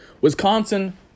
Wisconsin